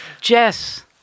Jess